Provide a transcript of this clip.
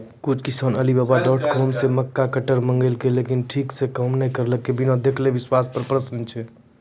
कुछ किसान Alibaba dot com से मक्का कटर मंगेलके लेकिन ठीक से काम नेय करलके, बिना देखले विश्वास पे प्रश्न छै?